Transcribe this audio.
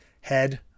head